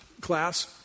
class